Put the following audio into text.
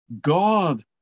God